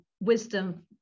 wisdom